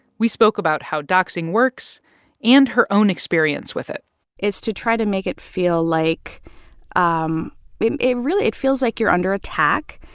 we spoke about how doxing works and her own experience with it it's to try to make it feel like um it really it feels like you're under attack.